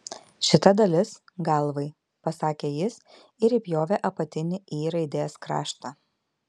šita dalis galvai pasakė jis ir įpjovė apatinį y raidės kraštą